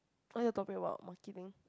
what's your topic about marketing